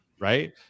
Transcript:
right